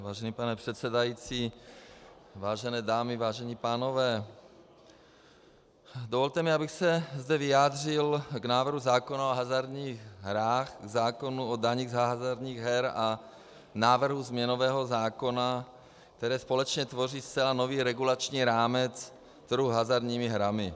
Vážený pane předsedající, vážené dámy, vážení pánové, dovolte, abych se zde vyjádřil k návrhu zákona o hazardních hrách, zákonu o dani z hazardních her a návrhu změnového zákona, které společně tvoří zcela nový regulační rámec trhu s hazardními hrami.